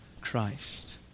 Christ